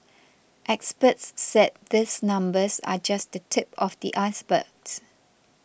experts said these numbers are just the tip of the ice birds